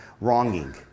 wronging